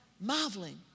marveling